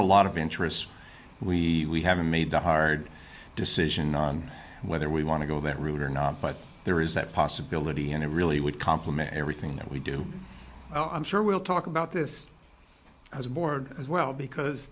a lot of interest we haven't made the hard decision on whether we want to go that route or not but there is that possibility and it really would complement everything that we do i'm sure we'll talk about this as a board as well because